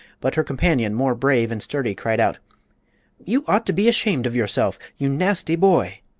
but her companion, more brave and sturdy, cried out you ought to be ashamed of yourself, you nasty boy!